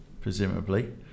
presumably